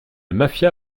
mafia